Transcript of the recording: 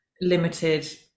limited